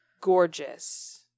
gorgeous